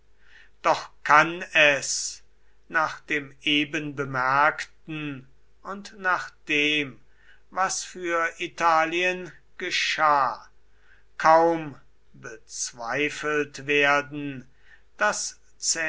doch kann es nach dem eben bemerkten und nach dem was für italien geschah kaum bezweifelt werden daß